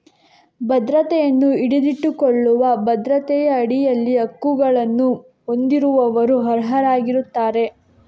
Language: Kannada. ಭದ್ರತೆಯನ್ನು ಹಿಡಿದಿಟ್ಟುಕೊಳ್ಳುವ ಭದ್ರತೆಯ ಅಡಿಯಲ್ಲಿ ಹಕ್ಕುಗಳನ್ನು ಹೊಂದಿರುವವರು ಅರ್ಹರಾಗಿರುತ್ತಾರೆ